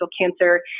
Cancer